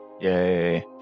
Yay